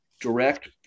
direct